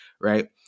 right